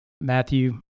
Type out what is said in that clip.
Matthew